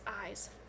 eyes